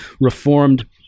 Reformed